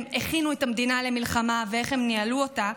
הכינו את המדינה למלחמה ואיך הם ניהלו אותה,